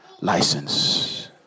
license